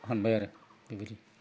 हानबाय आरो बेबायदि